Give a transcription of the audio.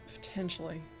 Potentially